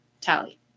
Tally